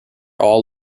all